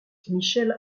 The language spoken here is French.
michel